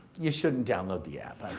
you shouldn't download the app. i'm